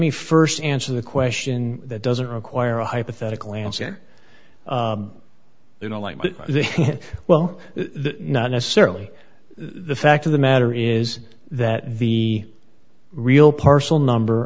me st answer the question that doesn't require a hypothetical answer you know like well not necessarily the fact of the matter is that the real parcel number